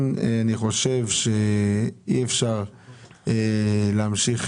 ולכן נדרשנו להגדיל את ההוצאה נטו.